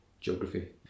geography